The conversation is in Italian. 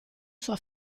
sua